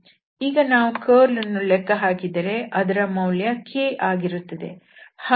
ಈಗ ನಾವು ಕರ್ಲ್ ಅನ್ನು ಲೆಕ್ಕಹಾಕಿದರೆ ಆದರೆ ಮೌಲ್ಯ k ಆಗಿರುತ್ತದೆ